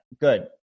good